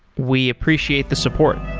we appreciate the support